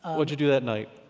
what'd you do that night?